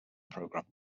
programme